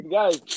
Guys